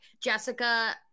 jessica